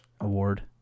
award